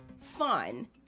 fun